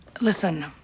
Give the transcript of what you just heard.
Listen